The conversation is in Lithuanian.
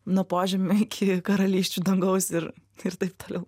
nuo požemių iki karalysčių dangaus ir ir taip toliau